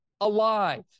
alive